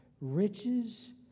riches